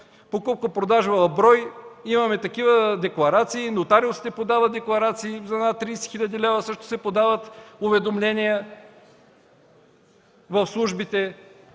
покупко-продажба в брой имаме такива декларации, нотариусите подават декларации, за над 30 хил. лева също се подават уведомления в службите.